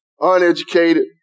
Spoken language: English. uneducated